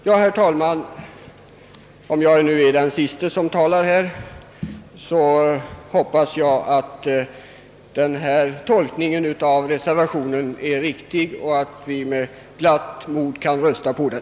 Ja, herr talman, om jag nu är den siste som talar i detta ärende hoppas jag att min tolkning av reservationen är riktig och att vi med gott mod kan rösta på den.